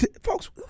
folks